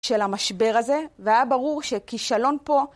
של המשבר הזה והיה ברור שכישלון פה